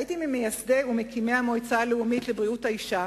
הייתי ממייסדי ומקימי המועצה הלאומית לבריאות האשה,